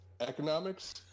economics